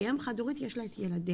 כי אם חד הורית יש לה את ילדיה,